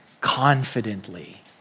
confidently